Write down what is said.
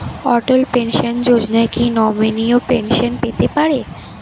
অটল pension Yojana কি নমনীয় pension পেতে পারে?